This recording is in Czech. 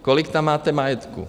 Kolik tam máte majetku?